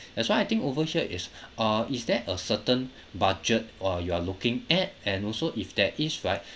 that's why I think over here is uh is there a certain budget while you are looking at and also if there is right